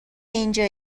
اینکه